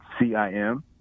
CIM